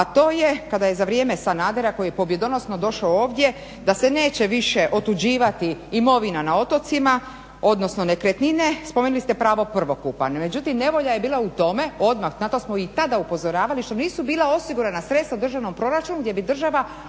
a to je kada je za vrijeme Sanadera koji je pobjedonosno došao ovdje da se neće više otuđivati imovina na otocima odnosno nekretnine, spomenuli ste pravo prvokupa. Međutim nevolja je bila u tome, odmah na to smo i tada upozoravali što nisu bila osigurana sredstava u državnom proračunu gdje bi država otkupljivala